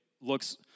looks